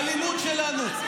בלימוד שלנו,